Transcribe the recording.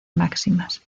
máximas